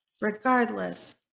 regardless